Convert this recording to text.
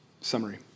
summary